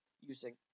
using